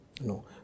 No